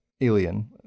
alien